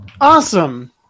Awesome